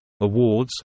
awards